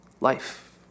Life